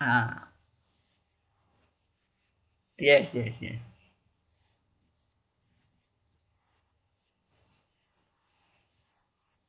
ah yes yes yes